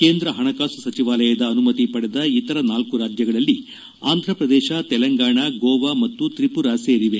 ಕೇಂದ್ರ ಹಣಕಾಸು ಸಚಿವಾಲಯದ ಅನುಮತಿ ಪಡೆದ ಇತರ ನಾಲ್ಕು ರಾಜ್ಯಗಳಲ್ಲಿ ಆಂಧಪ್ರದೇಶ ತೆಲಂಗಾಣ ಗೋವಾ ಮತ್ತು ತ್ರಿಪುರ ಸೇರಿವೆ